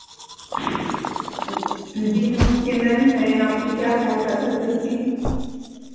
जी नमस्ते मैम मैं आपकी क्या सहायता कर सकती हूँ